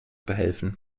behelfen